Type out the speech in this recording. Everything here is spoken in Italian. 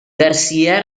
garcía